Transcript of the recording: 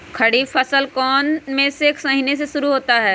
खरीफ फसल कौन में से महीने से शुरू होता है?